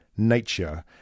Nature